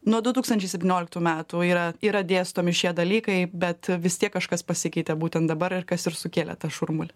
nuo du tūkstančiai septynioliktų metų yra yra dėstomi šie dalykai bet vis tiek kažkas pasikeitė būtent dabar ir kas ir sukėlė tą šurmulį